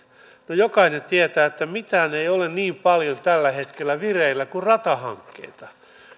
no jokainen tietää että mitään ei ole niin paljon tällä hetkellä vireillä kuin ratahankkeita